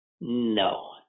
No